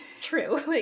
true